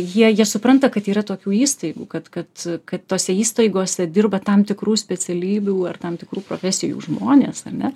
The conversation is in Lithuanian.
jie jie supranta kad yra tokių įstaigų kad kad kad tose įstaigose dirba tam tikrų specialybių ar tam tikrų profesijų žmonės ar ne